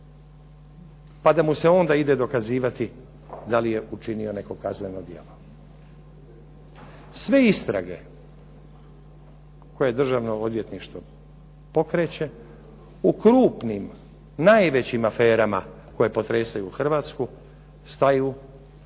pa da mu se onda ide dokazivati da li je učinio neko kazneno djelo. Sve istrage koje državno odvjetništvo pokreće u krupnim najvećim aferama koje potresaju Hrvatsku staju pred